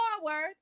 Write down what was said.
forward